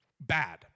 bad